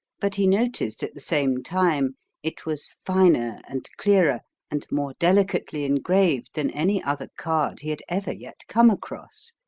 but he noticed at the same time it was finer and clearer and more delicately engraved than any other card he had ever yet come across.